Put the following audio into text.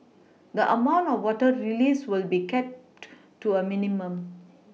the amount of water released will be kept to a minimum